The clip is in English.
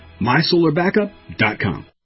MySolarBackup.com